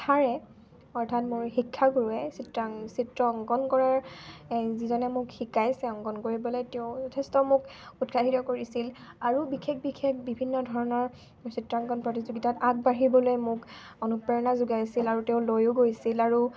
অৰ্থাৎ মোৰ শিক্ষাগুৰুৱে চিত্ৰাং চিত্ৰ অংকন কৰাৰ যিজনে মোক শিকাইছে অংকন কৰিবলৈ তেওঁ যথেষ্ট মোক উৎসাহিত কৰিছিল আৰু বিশেষ বিশেষ বিভিন্ন ধৰণৰ চিত্ৰাংকণ প্ৰতিযোগিতাত আগবাঢ়িবলৈ মোক অনুপ্ৰেৰণা যোগাইছিল আৰু তেওঁ লৈয়ো গৈছিল আৰু